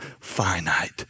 finite